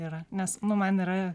yra nes nu man yra